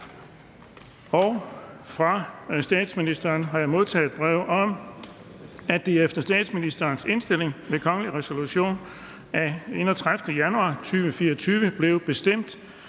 Fra statsministeren har jeg modtaget brev om, at det efter statsministerens indstilling ved kongelig resolution af 31. januar 2024 blev bestemt,